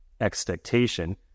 expectation